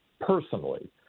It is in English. personally